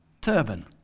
Turban